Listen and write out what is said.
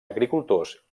agricultors